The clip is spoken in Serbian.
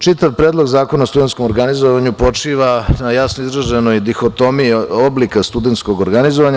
Čitav predlog Zakona o studentskom organizovanju počiva na jasno izraženoj dihotomiji oblika studentskog organizovanja.